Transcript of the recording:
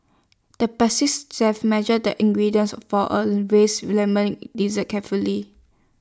the chef measured the ingredients for A race Lemon Dessert carefully